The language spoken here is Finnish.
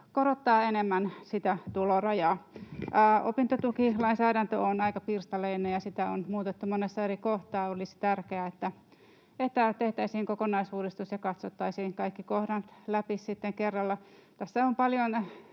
korottaa enemmän tulorajaa. Opintotukilainsäädäntö on aika pirstaleinen, ja sitä on muutettu monessa eri kohtaa. Olisi tärkeää, että tehtäisiin kokonaisuudistus ja katsottaisiin kaikki kohdat läpi sitten kerralla. Tässä on paljon